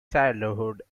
childhood